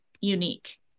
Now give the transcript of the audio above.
unique